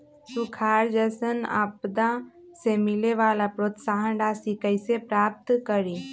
सुखार जैसन आपदा से मिले वाला प्रोत्साहन राशि कईसे प्राप्त करी?